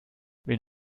wen